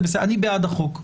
אני בעד בחוק.